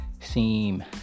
seem